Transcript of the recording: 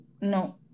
No